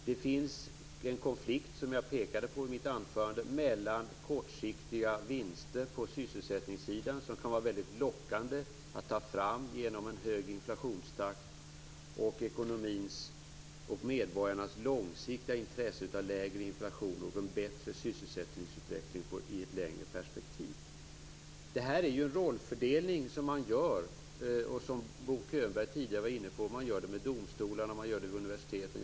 Jag pekade i mitt anförande på en konflikt mellan kortsiktiga vinster på sysselsättningssidan, som kan vara lockande att ta fram med hjälp av en hög inflationstakt, och ekonomins och medborgarnas långsiktiga intresse av lägre inflation och bättre sysselsättningsutveckling. Det är fråga om en rollfördelning - Bo Könberg var inne på den frågan tidigare - hos domstolar och universiteten.